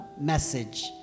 message